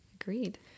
Agreed